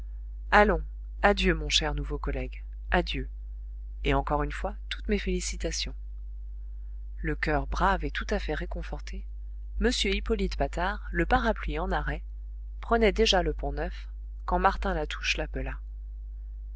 allons adieu mon cher nouveau collègue adieu et encore une fois toutes mes félicitations le coeur brave et tout à fait réconforté m hippolyte patard le parapluie en arrêt prenait déjà le pont-neuf quand martin latouche l'appela